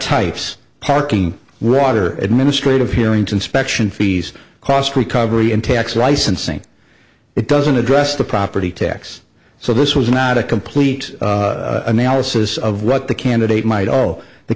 types parking water administrative hearing to inspection fees cost recovery and tax licensing it doesn't address the property tax so this was not a complete analysis of what the candidate might all the